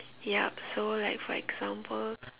yup so like for example